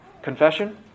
Confession